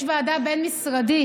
יש ועדה בין-משרדית